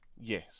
Yes